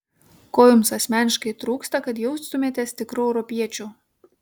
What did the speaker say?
ko jums asmeniškai trūksta kad jaustumėtės tikru europiečiu